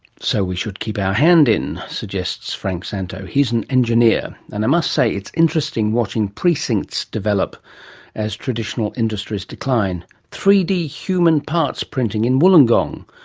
so we should keep our hands in suggests frank szanto. he's an engineer. and i must say it's interesting watching precincts develop as traditional industries decline three d human parts printing in wollongong,